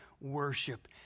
worship